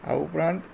આ ઉપરાંત